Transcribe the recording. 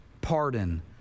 pardon